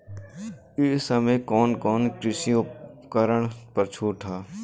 ए समय कवन कवन कृषि उपकरण पर छूट ह?